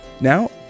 Now